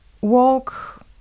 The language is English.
walk